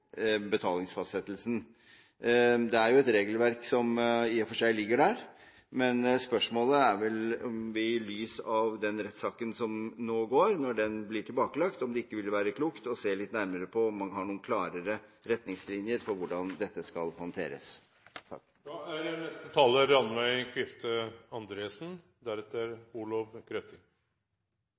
og for seg ligger der. Men spørsmålet er vel om det i lys av den rettssaken som nå går – når den blir tilbakelagt – ikke ville være klokt å se litt nærmere på om man har noen klarere retningslinjer for hvordan dette skal håndteres.